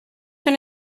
son